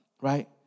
Right